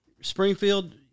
springfield